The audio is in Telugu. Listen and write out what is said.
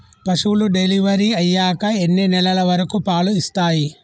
పశువులు డెలివరీ అయ్యాక ఎన్ని నెలల వరకు పాలు ఇస్తాయి?